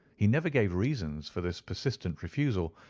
he never gave reasons for this persistent refusal,